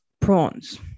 Prawns